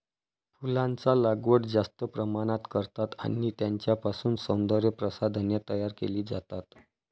फुलांचा लागवड जास्त प्रमाणात करतात आणि त्यांच्यापासून सौंदर्य प्रसाधने तयार केली जातात